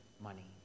money